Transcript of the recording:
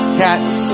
cats